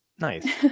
Nice